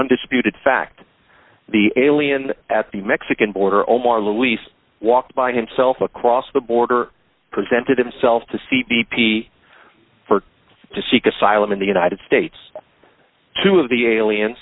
undisputed fact the alien at the mexican border omar luis walked by himself across the border presented himself to c b p for to seek asylum in the united states two of the aliens